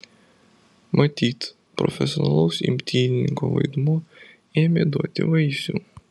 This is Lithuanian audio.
matyt profesionalaus imtynininko vaidmuo ėmė duoti vaisių